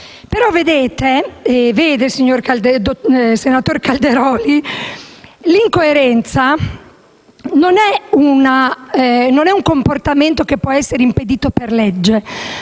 Ma vede, senatore Calderoli, l'incoerenza non è un comportamento che può essere impedito per legge,